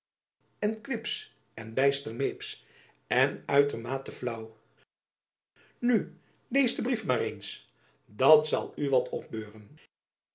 en quips en bijster meeps en uytermate flaeu nu lees den brief maar eens dat zal u wat opbeuren